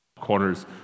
corners